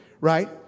right